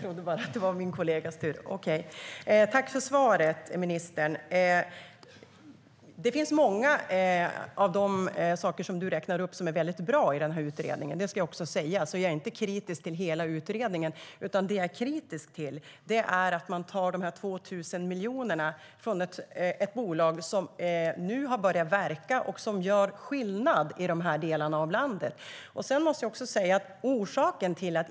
Herr talman! Tack för svaret, ministern! Många saker i utredningen som du räknar upp är väldigt bra. Jag är alltså inte kritisk till hela utredningen. Det jag är kritisk till är att man tar de 2 miljarderna från ett bolag som nu har börjat verka och som gör skillnad i de delarna av landet.